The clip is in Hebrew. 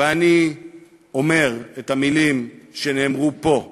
ואני אומר את המילים שנאמרו פה: